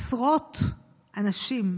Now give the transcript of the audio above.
עשרות אנשים,